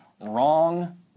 wrong